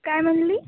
काय म्हणाली